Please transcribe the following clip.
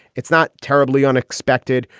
it's not terribly unexpected.